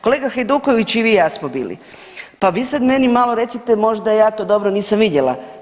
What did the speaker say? Kolega Hajduković i vi i ja smo bili, pa vi sad malo recite možda je to dobro nisam vidjela.